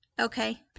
okay